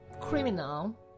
criminal